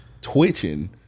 twitching